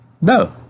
No